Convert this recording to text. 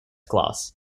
class